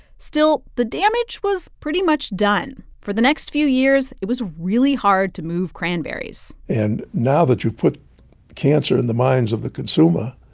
still, the damage was pretty much done. for the next few years, it was really hard to move cranberries and now that you put cancer in the minds of the consumer,